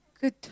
Good